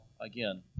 again